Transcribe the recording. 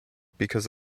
because